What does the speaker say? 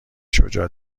شجاع